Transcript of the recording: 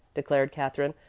declared katherine,